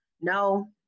no